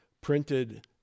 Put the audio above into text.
printed